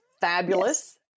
fabulous